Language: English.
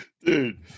dude